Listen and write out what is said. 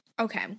Okay